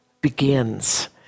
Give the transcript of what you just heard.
begins